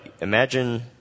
imagine